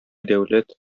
дәүләт